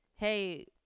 hey